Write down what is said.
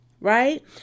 right